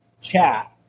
chat